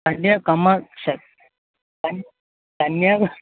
कन्या का कन्या